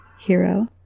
hero